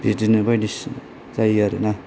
बिदिनो बायदिसिना जायो आरोना